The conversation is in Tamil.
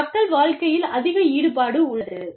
மக்கள் வாழ்க்கையில் அதிக ஈடுபாடு உள்ளது